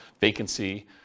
vacancy